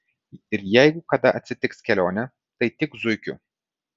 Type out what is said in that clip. ir jeigu kada atsitiks kelionė tai tik zuikiu